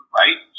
right